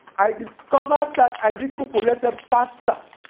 i discovered that i recuperated faster